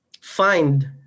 find